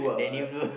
Danny